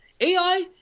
ai